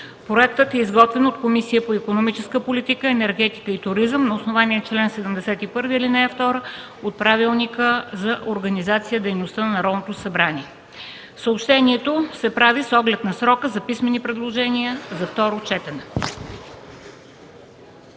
Проектът е изготвен от Комисията по икономическата политика, енергетика и туризъм на основание чл. 71, ал. 2 от Правилника за организацията и дейността на Народното събрание. Съобщението се прави с оглед на срока за писмени предложения за второ четене.